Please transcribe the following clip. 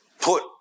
Put